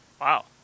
Wow